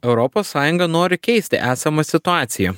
europos sąjunga nori keisti esamą situaciją